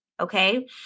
Okay